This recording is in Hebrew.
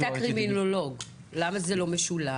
אתה קרימינולוג למה זה לא משולב?